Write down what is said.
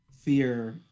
fear